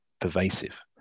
pervasive